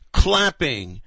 clapping